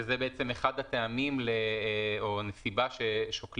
שזה בעצם אחד הטעמים או נסיבה ששוקלים